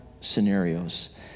scenarios